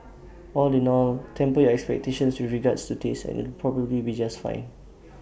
all in all temper your expectations with regards to taste and it'll probably be just fine